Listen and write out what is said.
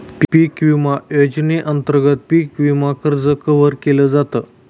पिक विमा योजनेअंतर्गत पिक विमा कर्ज कव्हर केल जात